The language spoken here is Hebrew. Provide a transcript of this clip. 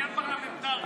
בעניין פרלמנטרי.